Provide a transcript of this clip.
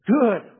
good